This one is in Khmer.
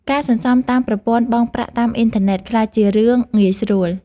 ការសន្សំតាមប្រព័ន្ធបង់ប្រាក់តាមអ៊ីនធឺណិតក្លាយជារឿងងាយស្រួល។